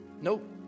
Nope